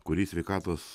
kurį sveikatos